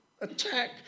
attack